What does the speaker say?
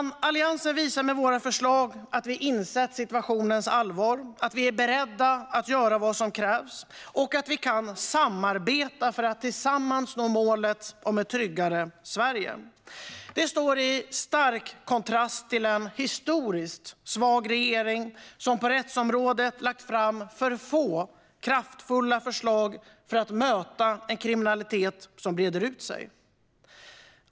Vi i Alliansen visar med våra förslag att vi insett situationens allvar, att vi är beredda att göra vad som krävs och att vi kan samarbeta för att tillsammans nå målet om ett tryggare Sverige. Detta står i stark kontrast till en historiskt svag regering, som på rättsområdet lagt fram för få kraftfulla förslag för att möta en kriminalitet som breder ut sig.